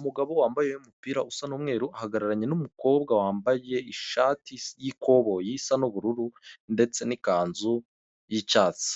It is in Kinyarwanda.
Umugabo wambaye umupira usa n'umweru ahagararanye n'umukobwa wambaye ishati y'ikoboyi isa n'ubururu ndetse n'ikanzu y'icyatsi.